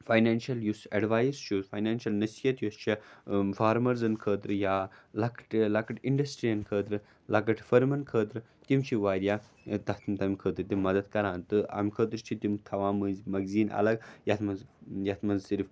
financial یُس advise چھُ financial یُس نصیٖحتھ یۅس چھَ فارمٲرزَن خٲطرٕ یا لۅکٕٹۍ لۅکٕٹۍ اِنٛڈَسٹرِٛی خٲطرٕ لۅکٕٹِۍ فٔرمَن خٲطرٕ تِم چھِ واریاہ تَتھ تَمہِ خٲطرٕ تہِ مَدَتھ کران تہٕ اَمہِ خٲطرٕ چھِ تِم تھاوان مٔنٛزۍ میگزیٖن اَلگ یَتھ منٛز یَتھ منٛز صِرف